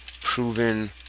proven